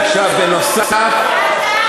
זה חוק גזעני.